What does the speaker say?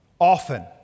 often